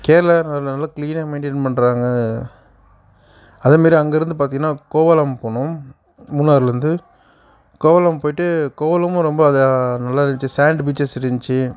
கேரளா அது நல்லா கிளீனாக மெயின்டைன் பண்ணுறாங்க அதே மாரி அங்கிருந்து பார்த்தீங்னா கோவளம் போனோம் மூணாரில் இருந்து கோவளம் போய்விட்டு கோவளமும் ரொம்ப நல்லா அது நல்ல இருந்துச்சு சேண்டு பீச்சஸ் இருந்துச்சு